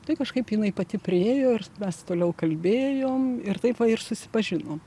tai kažkaip jinai pati priėjo ir mes toliau kalbėjom ir taip va ir susipažinom